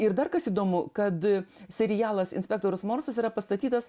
ir dar kas įdomu kad serialas inspektorius morsas yra pastatytas